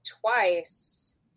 twice